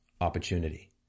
Opportunity